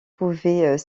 pouvait